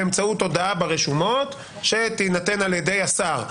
באמצעות הודעה ברשומות שתינתן על ידי השר.